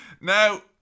Now